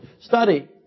study